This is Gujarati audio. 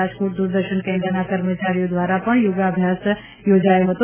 રાજકોટ દૂરદર્શન કેન્દ્રના કર્મચારીઓ દ્વારા પણ યોગાભ્યાસ યોજાયો હતો